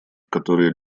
которые